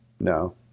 no